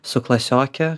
su klasioke